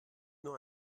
nur